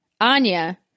Anya